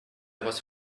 was